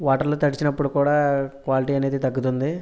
వాటర్లో తడిచినప్పుడు కూడా క్వాలిటి అనేది తగ్గుతుంది